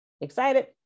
excited